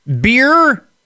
beer